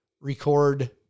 record